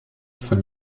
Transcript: von